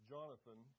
Jonathan